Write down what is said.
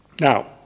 Now